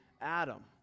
Adam